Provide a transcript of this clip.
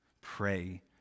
Pray